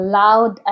loud